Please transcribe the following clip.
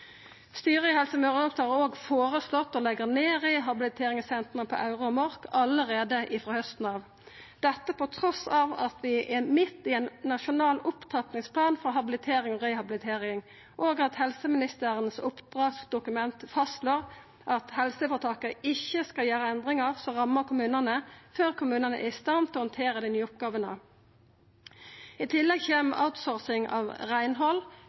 Styret i Helse Møre og Romsdal har også føreslått å leggja ned rehabiliteringssentra i Aure og på Mork allereie frå hausten av. Dette trass i at vi er midt inne i ein nasjonal opptrappingsplan for habilitering og rehabilitering, og at helseministerens oppdragsdokument fastslår at helseføretaka ikkje skal gjera endringar som rammar kommunane før kommunane er i stand til å handtera dei nye oppgåvene. I tillegg kjem outsourcing av reinhald,